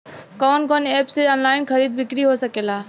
कवन कवन एप से ऑनलाइन खरीद बिक्री हो सकेला?